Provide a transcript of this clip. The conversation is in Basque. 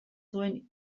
zuen